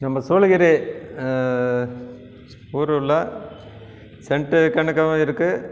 நம்ம சூளகிரி ஊர் உள்ளே சென்ட்டு கணக்காவும் இருக்குது